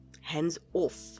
hands-off